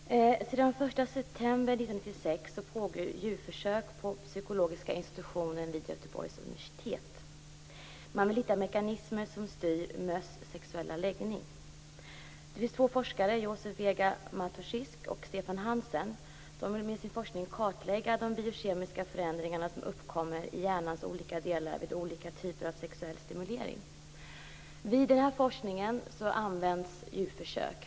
Fru talman! Sedan den 1 september 1996 pågår djurförsök på Psykologiska institutionen vid Göteborgs universitet. Man vill hitta mekanismer som styr möss sexuella läggning. Det finns två forskare - Josef Vega Matuszcysk och Stefan Hansen - som med sin forskning vill kartlägga de biokemiska förändringar som uppkommer i hjärnans olika delar vid olika typer av sexuell stimulering. Vid denna forskning används djurförsök.